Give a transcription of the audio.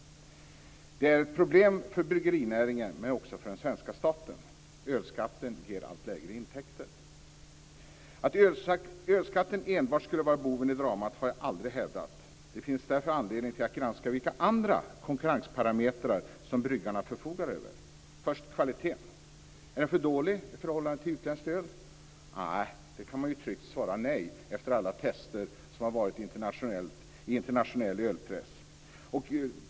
Det är ett problem för bryggerinäringen men också för den svenska staten. Ölskatten ger allt lägre intäkter. Jag har aldrig hävdat att ölskatten ensam skulle vara boven i dramat. Det finns därför anledning att granska vilka andra konkurrensparametrar som bryggarna förfogar över. Först har vi kvaliteten. Är den för dålig i förhållande till utländskt öl? På den frågan kan man tryggt svara nej efter alla test som har varit i internationell ölpress.